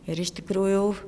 ir iš tikrųjų